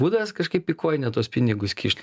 būdas kažkaip į kojinę tuos pinigus kišt